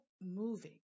moving